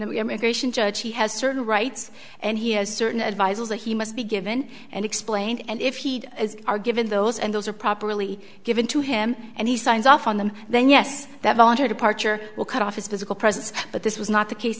me gratian judge he has certain rights and he has certain advisers that he must be given and explained and if he'd are given those and those are properly given to him and he signs off on them then yes that voluntary departure will cut off his physical presence but this was not the case